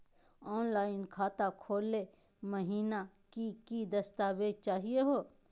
Online खाता खोलै महिना की की दस्तावेज चाहीयो हो?